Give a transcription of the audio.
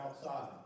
outside